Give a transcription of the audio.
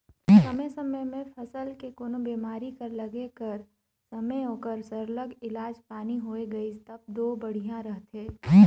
समे समे में फसल के कोनो बेमारी कर लगे कर समे ओकर सरलग इलाज पानी होए गइस तब दो बड़िहा रहथे